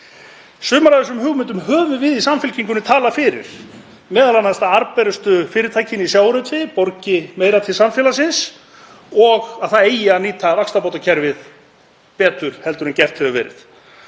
Sumar af þessum hugmyndum höfum við í Samfylkingunni talað fyrir, m.a. að arðbærustu fyrirtækin í sjávarútvegi borgi meira til samfélagsins og að nýta eigi vaxtabótakerfið betur heldur en gert hefur verið.